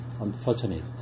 unfortunate